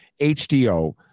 HDO